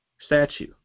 Statue